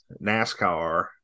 NASCAR